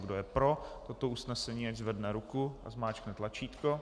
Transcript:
Kdo je pro toto usnesení, ať zvedne ruku a zmáčkne tlačítko.